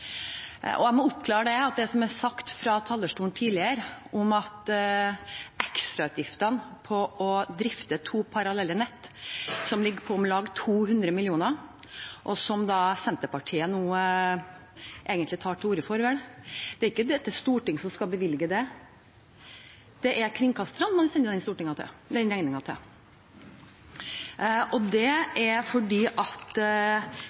Jeg må oppklare noe som er sagt fra talerstolen tidligere, om ekstrautgiftene ved å drifte to parallelle nett, som ligger på om lag 200 mill. kr, og som Senterpartiet nå egentlig tar til orde for. Det er ikke Stortinget som skal bevilge det, det er kringkasterne man sender den regningen til. Kringkasterne betaler leie til Norkring, og det